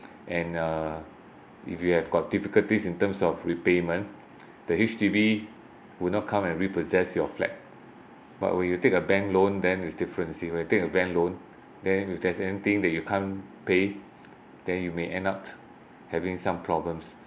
and uh if you have got difficulties in terms of repayment the H_D_B would not come and repossess your flat but when you take a bank loan then it's different you see when you take a bank loan then if there's anything that you can't pay then you may end up having some problems